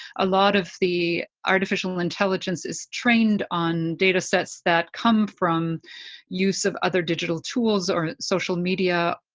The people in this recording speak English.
a lot of the artificial intelligence is trained on data sets that come from use of other digital tools, or social media,